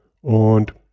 Und